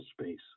space